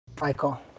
michael